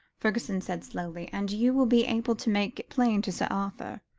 fergusson said slowly, and you will be able to make it plain to sir arthur.